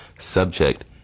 Subject